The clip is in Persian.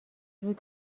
زود